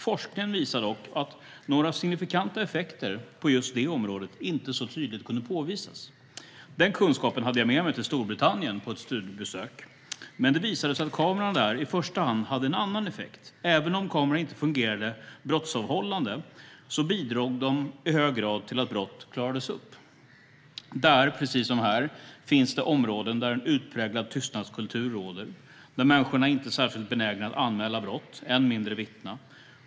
Forskningen visar dock att några signifikanta effekter på just det området inte så tydligt kan påvisas. Den kunskapen hade jag med mig till Storbritannien på ett studiebesök, men det visade sig att kamerorna där i första hand hade en annan effekt. Även om kamerorna inte fungerade brottsavhållande bidrog de i hög grad till att brott klarades upp. Där, precis som här, finns det områden där en utpräglad tystnadskultur råder. Där är människorna inte särskilt benägna att anmäla brott, än mindre att vittna.